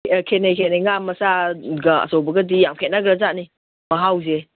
ꯈꯦꯠꯅꯩ ꯈꯦꯠꯅꯩ ꯉꯥ ꯃꯆꯥꯒ ꯑꯆꯧꯕꯒꯗꯤ ꯌꯥꯝ ꯈꯦꯠꯅꯈ꯭ꯔꯖꯥꯠꯅꯤ ꯃꯍꯥꯎꯁꯦ